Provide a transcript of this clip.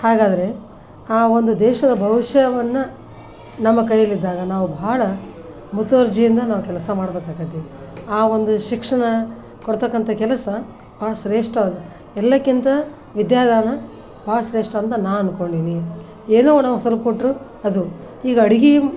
ಹಾಗಾದರೆ ಆ ಒಂದು ದೇಶದ ಭವಿಷ್ಯವನ್ನ ನಮ್ಮ ಕೈಯಲ್ಲಿದ್ದಾಗ ನಾವು ಬಹಳ ಮುತುವರ್ಜಿಯಿಂದ ನಾವು ಕೆಲಸ ಮಾಡ್ಬೇಕಾಗತ್ತೆ ಆ ಒಂದು ಶಿಕ್ಷಣ ಕೊಡ್ತಕ್ಕಂಥ ಕೆಲಸ ಬಹಳ ಶ್ರೇಷ್ಠವಾದ ಎಲ್ಲಕ್ಕಿಂತ ವಿದ್ಯಾದಾನ ಬಹಳ ಶ್ರೇಷ್ಠ ಅಂತ ನಾ ಅನ್ಕೊಂಡೀನಿ ಏನೋ ನಾವು ಸ್ವಲ್ಪ ಕೊಟ್ಟರು ಅದು ಈಗ ಅಡುಗೆ